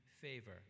favor